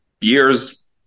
years